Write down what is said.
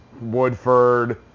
Woodford